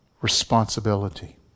responsibility